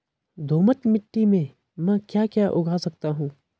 दोमट मिट्टी में म ैं क्या क्या उगा सकता हूँ?